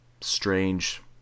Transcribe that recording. strange